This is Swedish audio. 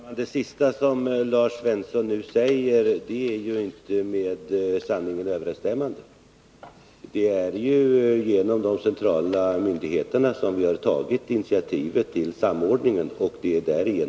Herr talman! Det sista som Lars Svensson sade är inte med sanningen överensstämmande. Det är ju de centrala myndigheterna som har tagit initiativet till samordningen.